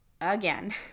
again